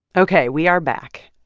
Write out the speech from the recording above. ok. we are back.